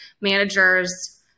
managers